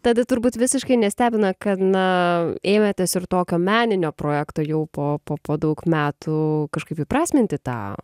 tada turbūt visiškai nestebina kad na ėmėtės ir tokio meninio projekto jau po po po daug metų kažkaip įprasminti tą